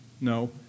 no